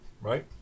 right